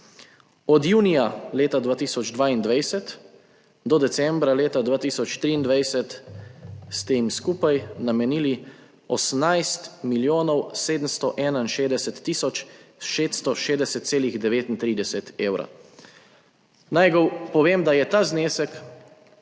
Od junija leta 2022 do decembra leta 2023 ste jim skupaj namenili 18 milijonov 761 tisoč 660,39 evra. Naj povem, da je ta znesek